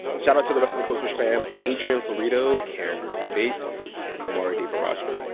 shoutout to the rest of the code switch fam adrian florido, karen grigsby bates and kumari devarajan.